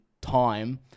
time